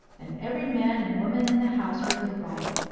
and every man and woman in the house heard the riot,